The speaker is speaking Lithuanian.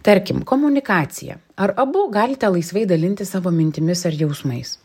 tarkim komunikacija ar abu galite laisvai dalintis savo mintimis ar jausmais